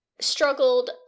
struggled